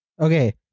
Okay